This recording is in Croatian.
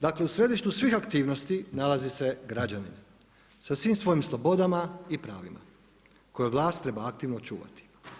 Dakle u središtu svih aktivnosti nalazi se građanin, sa svim svojim slobodama i pravima koje vlast treba aktivno čuvati.